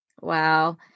Wow